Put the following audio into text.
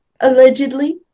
allegedly